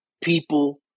people